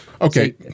Okay